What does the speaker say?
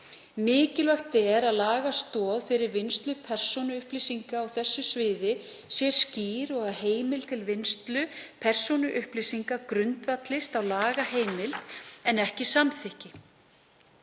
Mikilvægt er að lagastoð fyrir vinnslu persónuupplýsinga á þessu sviði sé skýr og að heimild til vinnslu persónuupplýsinga grundvallist á lagaheimild en ekki samþykki.